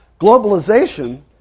Globalization